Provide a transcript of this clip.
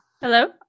Hello